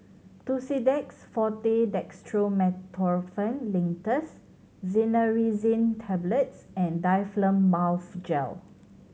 Tussidex Forte Dextromethorphan Linctus Cinnarizine Tablets and Difflam Mouth Gel